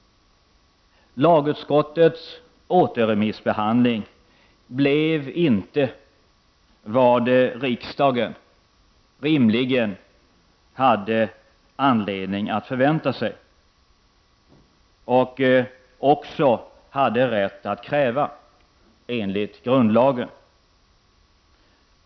Lagutskottets återremissbehandling blev inte vad riksdagen rimligen hade anledning att förvänta sig och också hade rätt att kräva enligt grundlagen.